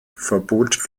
verbot